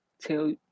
tell